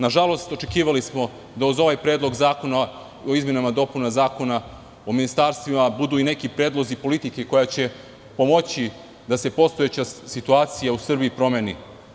Nažalost, očekivali smo da uz ovaj predlog zakona o izmenama i dopunama Zakona o ministarstvima budu i neki predlozi politike koja će pomoći da se postojeća situacija u Srbiji promeni.